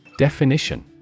Definition